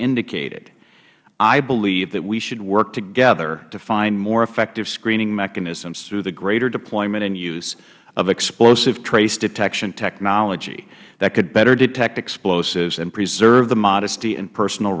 indicated i believe that we should work together to find more effective screening mechanisms through the greater deployment and use of explosive trace detection technology that could better detect explosives and preserve the modesty and personal